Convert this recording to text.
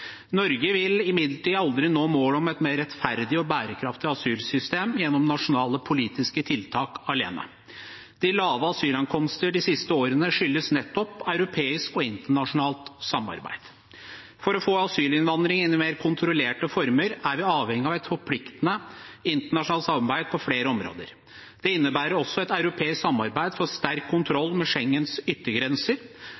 Norge vil imidlertid aldri nå målet om et mer rettferdig og bærekraftig asylsystem gjennom nasjonale politiske tiltak alene. Det lave antallet asylankomster de siste årene skyldes nettopp europeisk og internasjonalt samarbeid. For å få asylinnvandring inn i mer kontrollerte former er vi avhengige av et forpliktende internasjonalt samarbeid på flere områder. Det innebærer også et europeisk samarbeid for sterk